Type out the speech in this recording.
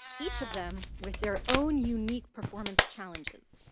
each of them with their own unique performance challenges,